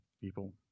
people